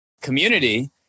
community